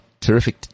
Terrific